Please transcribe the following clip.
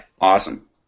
Awesome